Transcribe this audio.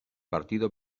partido